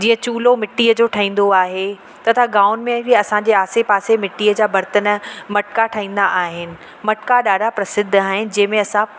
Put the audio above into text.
जीअं चुल्हो मिट्टीअ जो ठहींदो आहे तथा गांवनि में बि असांजे आसे पासे मिट्टीअ जा बर्तन मटका ठहींदा आहिनि मटका ॾाढा प्रसिद्ध आहिनि जंहिं में असां